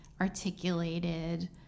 articulated